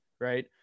right